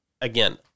Again